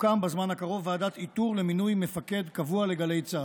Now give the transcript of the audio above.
תוקם בזמן הקרוב ועדת איתור למינוי מפקד קבוע לגלי צה"ל.